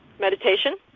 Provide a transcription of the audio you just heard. meditation